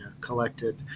collected